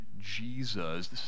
Jesus